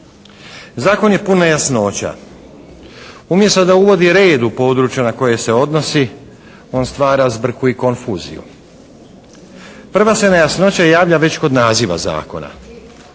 Zakon je pun nejasnoća. Umjesto da uvodi red u područja na koja se odnosi on stvara zbrku i konfuziju. Prva se nejasnoća javlja već kod naziva zakona.